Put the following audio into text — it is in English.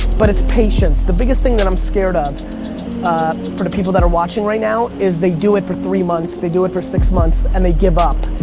but it's patience. the biggest thing that i'm scared of for the people that are watching right now is they do it for three months, they do it for six months and they give up.